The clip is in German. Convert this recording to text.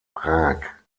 prag